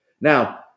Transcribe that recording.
Now